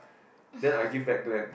then I give back Glen